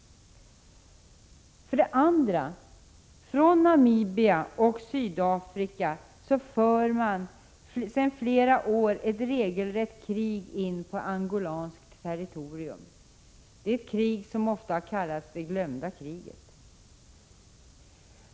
För det andra: Från Namibia och Sydafrika för man sedan flera år ett regelrätt krig in på angolanskt territorium, ett krig som ofta har kallats det glömda kriget.